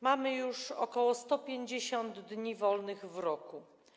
Mamy już ok. 150 dni wolnych w roku.